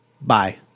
Bye